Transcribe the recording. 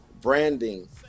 branding